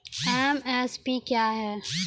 MSP क्या है?